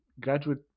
graduate